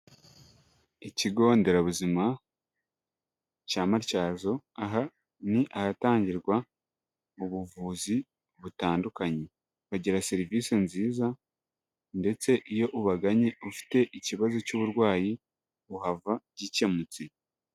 Ikigo nderabuzima cya Matyazo aha ni ahatangirwa mu buvuzi butandukanye, bagira serivisi nziza ndetse iyo ubaganye ufite ikibazo cy'uburwayi uhava gikemutse.